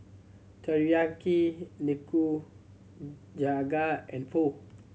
Teriyaki Nikujaga and Pho